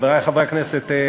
חברי חברי הכנסת,